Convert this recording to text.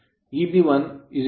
25 volt